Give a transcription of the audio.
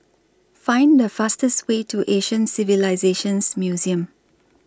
Find The fastest Way to Asian Civilisations Museum